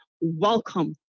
welcome